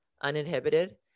uninhibited